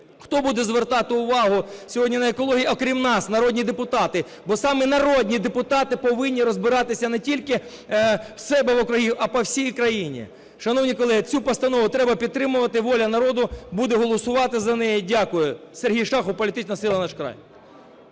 Хто буде звертати увагу сьогодні на екологію, окрім нас, народні депутати? Бо саме народні депутати повинні розбиратися не тільки в себе в округах, а по всій країні. Шановні колеги, цю постанову треба підтримувати. "Воля народу" буде голосувати за неї. Дякую. Сергій Шахов, політична сила "Наш край".